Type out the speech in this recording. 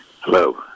Hello